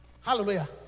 Hallelujah